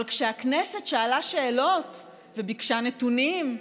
אבל כשהכנסת שאלה שאלות וביקשה נתונים: